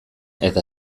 eta